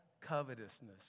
covetousness